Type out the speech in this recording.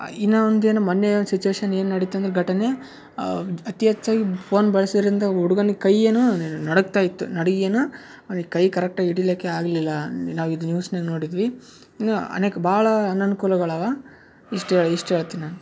ಇನ್ನೂ ಒಂದು ಏನು ಮೊನ್ನೆ ಒಂದು ಸಿಚ್ವೇಶನ್ ಏನು ನಡೀತು ಅಂದ್ರೆ ಘಟನೆ ಅತಿ ಹೆಚ್ಚಾಗಿ ಫೋನ್ ಬಳಸಿದ್ದರಿಂದ ಹುಡ್ಗನ ಕೈ ಏನು ನಡುಗ್ತಾ ಇತ್ತು ನಡುಗಿ ಏನು ಅವ್ನಿಗೆ ಕೈ ಕರೆಕ್ಟ್ ಆಗಿ ಹಿಡಿಲಿಕ್ಕೆ ಆಗಲಿಲ್ಲ ನಾವು ಇದು ನ್ಯೂಸ್ನ್ಯಾಗ ನೋಡಿದ್ವಿ ಇನ್ನೂ ಅನೇಕ ಭಾಳ ಅನನುಕೂಲಗಳವೆ ಇಷ್ಟು ಹೇಳಿ ಇಷ್ಟ ಹೇಳ್ತಿನ್ ನಾನು